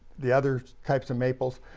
the other types of maples,